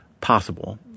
possible